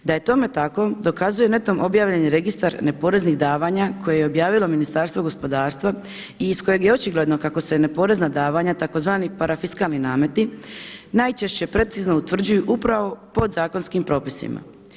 Da je tome tako dokazuje netom objavljeni registar neporeznih davanja koje je objavilo Ministarstvo gospodarstva i iz kojeg je očigledno kako se na porezna davanja, tzv. parafiskalni nameti najčešće precizno utvrđuju upravo podzakonskim propisima.